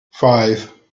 five